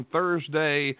Thursday